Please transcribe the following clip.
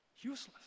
Useless